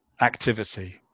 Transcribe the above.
activity